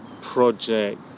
project